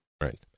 right